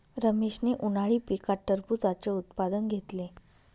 रमेशने उन्हाळी पिकात टरबूजाचे उत्पादन घेतले